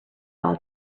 all